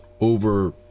over